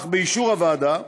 אך באישור הוועדה,